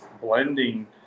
blending